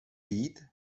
být